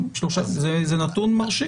זה נתון מרשים